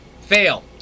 Fail